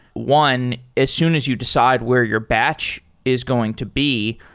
one, as soon as you decide where your batch is going to be,